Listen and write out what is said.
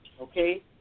Okay